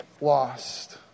lost